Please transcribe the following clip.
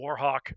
Warhawk